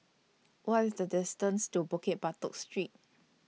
What IS The distance to Bukit Batok Street